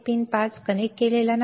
pin 5 connect केलेला नाही